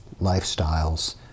lifestyles